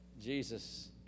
Jesus